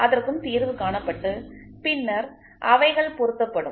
அதற்கும் தீர்வு காணப்பட்டு பின்னர் அவைகள் பொருத்தப்படும்